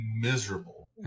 miserable